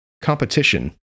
Competition